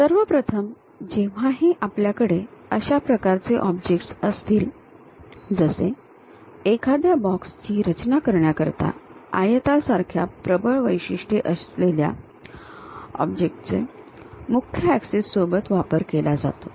सर्वप्रथम जेव्हाही आपल्याकडे अशा प्रकारचे ऑब्जेक्ट्स असतील जसे एखाद्या बॉक्स ची रचना करण्याकरिता आयतासारख्या प्रबळ वैशिष्ट्ये असलेल्या ऑब्जेक्ट मुख्य ऍक्सिस सोबत वापर केला जातो